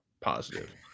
positive